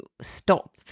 stop